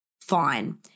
fine